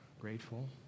grateful